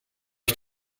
ich